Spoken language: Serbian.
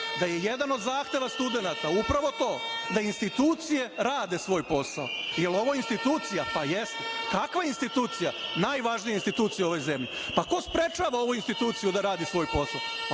da je jedan od zahteva studenata upravo to da institucije rade svoj posao. Jel ovo institucija? Pa, jeste. Kakva institucija? Najvažnija institucija u ovoj zemlji? Pa, ko sprečava ovu instituciju da radi svoj posao?